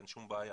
אין שום בעיה,